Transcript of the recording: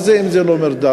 מה זה אם זה לא מרדף?